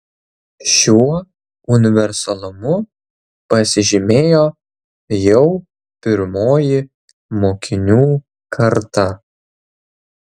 šiuo universalumu pasižymėjo jau pirmoji mokinių karta